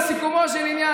לסיכומו של עניין,